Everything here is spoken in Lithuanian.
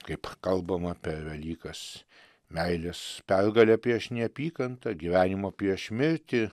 kaip kalbam apie velykas meilės pergalę prieš neapykantą gyvenimą pieš mirtį